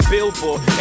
Billboard